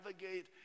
navigate